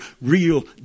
real